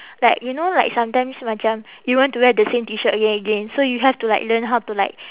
like you know like sometimes macam you want to wear the same T shirt again again so you have to like learn how to like